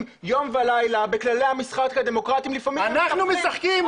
יום ולילה בכללי המשחק של הדמוקרטיה --- אנחנו משחקים?